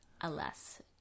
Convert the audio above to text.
Alas